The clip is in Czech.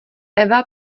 eva